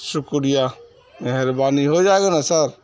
شکریہ مہربانی ہو جائے گا نا سر